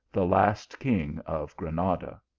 the last king of granada.